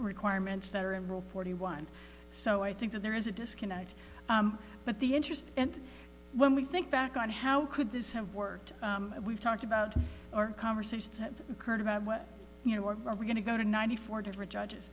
requirements that are in rule forty one so i think that there is a disconnect but the interest and when we think back on how could this have worked we've talked about conversations that occurred about what you know or are we going to go to ninety four different judges